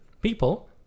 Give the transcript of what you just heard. people